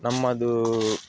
ನಮ್ಮದು